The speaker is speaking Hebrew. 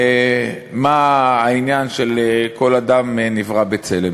מה העניין של כל אדם נברא בצלם.